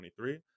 2023